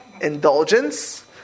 indulgence